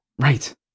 right